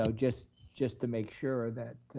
so just just to make sure that